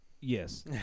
Yes